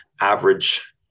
average